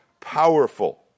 powerful